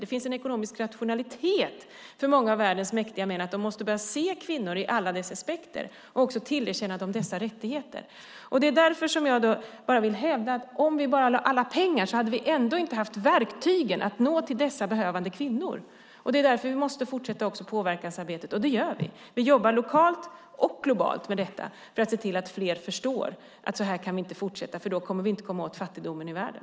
Det finns en ekonomisk rationalitet för många av världens mäktiga män och de måste börja se kvinnor ur alla dessa aspekter och också tillerkänna dem dessa rättigheter. Det är därför som jag vill hävda att om vi bara lade alla pengar så hade vi ändå inte haft verktygen att nå dessa behövande kvinnor. Det är därför vi också måste fortsätta påverkansarbetet. Det gör vi. Vi jobbar lokalt och globalt med detta för att se till att fler förstår att vi inte kan fortsätta så här, för då kommer vi inte att komma åt fattigdomen i världen.